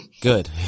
Good